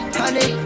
honey